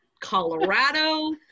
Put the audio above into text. Colorado